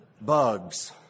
bugs